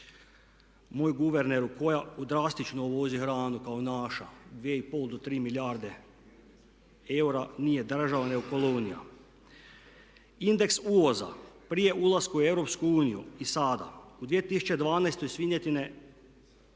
moj guverneru, koja drastično uvozi hranu kao naša 2,5 do 3 milijarde eura nije država nego kolonija. Indeks uvoza prije ulaska u EU i sada u 2012. svinjetine